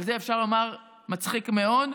על זה אפשר לומר: מצחיק מאוד,